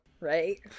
right